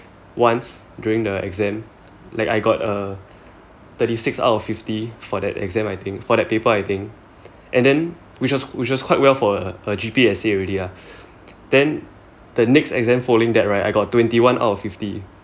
once during the exam like I got uh thirty six out of fifty for that exam I think for that paper I think and then which was which was quite well for uh a G_P essay already ah then the next exam following that right I got twenty one out of fifty